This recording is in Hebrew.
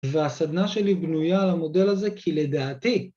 ‫והסדנה שלי בנויה על המודל הזה ‫כי לדעתי...